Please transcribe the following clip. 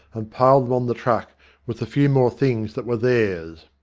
and piled them on the truck with the few more things that were theirs.